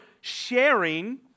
sharing